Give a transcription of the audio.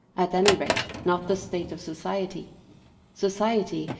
at any rate, not the state of society society,